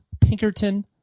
Pinkerton